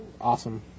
awesome